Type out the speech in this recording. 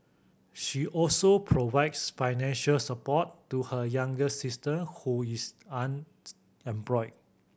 she also provides financial support to her younger sister who is unemployed